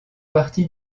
partie